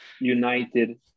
United